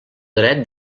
dret